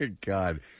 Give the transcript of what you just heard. God